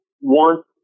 want